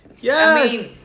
Yes